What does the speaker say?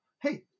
Hey